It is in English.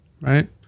right